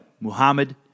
Muhammad